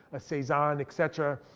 a cezanne, et cetera.